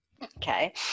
Okay